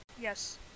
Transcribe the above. Yes